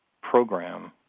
program